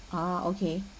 ah okay